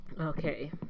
Okay